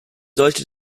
sollte